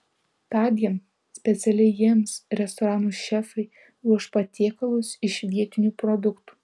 tądien specialiai jiems restoranų šefai ruoš patiekalus iš vietinių produktų